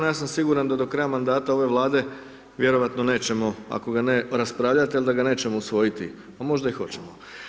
Ja sam siguran da do kraja mandata ove Vlade vjerojatno nećemo, ako ga ne raspravljati, ali da ga nećemo usvojiti, pa možda i hoćemo.